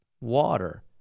water